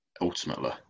Ultimately